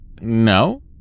No